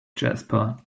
jasper